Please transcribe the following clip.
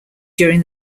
during